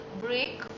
break